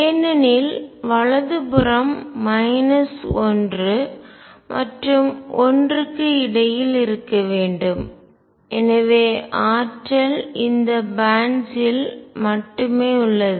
ஏனெனில் வலது புறம் மைனஸ் 1 மற்றும் ஒன்றுக்கு இடையில் இருக்க வேண்டும் எனவே ஆற்றல் இந்த பேன்ட்ஸ் இல் பட்டைகள் மட்டுமே உள்ளது